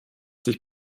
sich